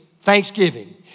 thanksgiving